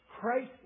Christ